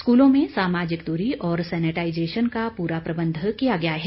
स्कूलों में सामाजिक दूरी और सेनेटाईजेशन का पूरा प्रबंध किया गया है